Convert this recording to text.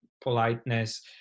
politeness